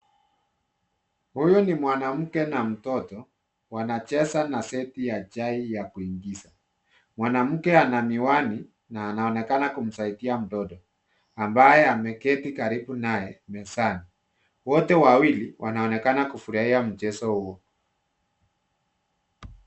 Huyu ni mwanamke na mtoto wanacheza na seti ya chai ya kuigiza. Mwanamke ana miwani na anaonekana kumsaidia mtoto, ambaye ameketi karibu naye mezani. Wote wawili wanaonekana kufurahia mchezo huo.